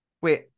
wait